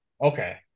Okay